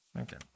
Okay